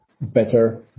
better